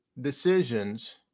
decisions